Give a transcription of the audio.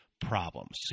problems